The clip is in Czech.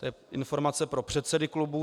To je informace pro předsedy klubů.